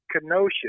Kenosha